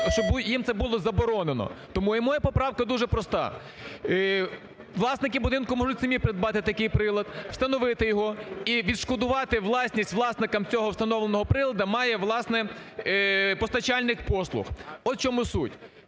щоб їм це було заборонено. Тому моя поправка дуже проста: власники будинку можуть самі придбати такий прилад, встановити його і відшкодувати власність власникам цього встановленого приладу має, власне, постачальник послуг. От в чому суть.